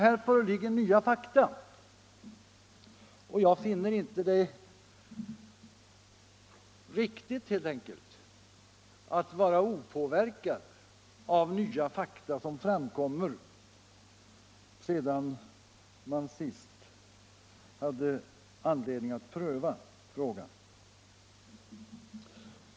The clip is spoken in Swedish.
Jag finner det helt enkelt inte riktigt att vara opåverkad av nya fakta som framkommit efter det att man senast hade anledning att pröva frågan.